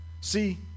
See